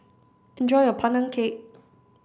enjoy your Pandan cake